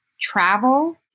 travel